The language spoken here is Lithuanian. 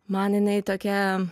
man inai tokia